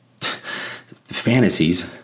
fantasies